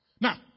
Now